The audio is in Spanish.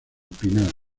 pinar